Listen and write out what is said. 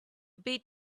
beat